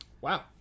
Wow